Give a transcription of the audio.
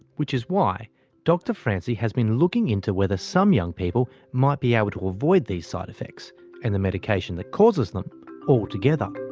which is why dr francey has been looking into whether some young people might be able ah to avoid these side-effects and the medication that causes them altogether.